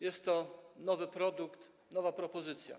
Jest to nowy produkt, nowa propozycja.